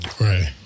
Right